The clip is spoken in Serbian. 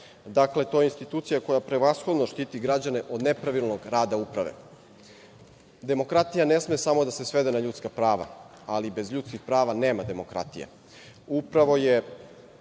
Dakle, to je institucija koja prevashodno štiti građane od nepravilnog rada uprave. Demokratija ne sme samo da se svede na ljudska prava, ali bez ljudskih prava nema demokratije. Upravo su